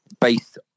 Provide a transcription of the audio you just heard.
based